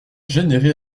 générer